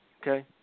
okay